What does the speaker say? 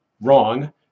wrong